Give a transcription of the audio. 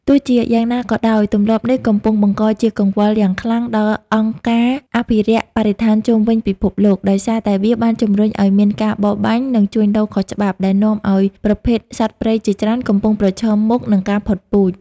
ទោះជាយ៉ាងណាក៏ដោយ ទម្លាប់នេះកំពុងបង្កជាកង្វល់យ៉ាងខ្លាំងដល់អង្គការអភិរក្សបរិស្ថានជុំវិញពិភពលោក ដោយសារតែវាបានជំរុញឱ្យមានការបរបាញ់ និងជួញដូរខុសច្បាប់ ដែលនាំឱ្យប្រភេទសត្វព្រៃជាច្រើនកំពុងប្រឈមមុខនឹងការផុតពូជ។